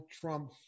Trump